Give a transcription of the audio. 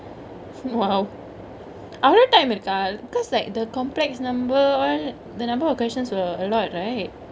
!wow! அவ்வளோ:avaloo time இருக்கா:irukaa cause like the complex number all that the number of questions were alot right